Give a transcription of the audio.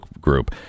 group